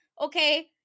Okay